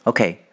Okay